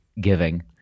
giving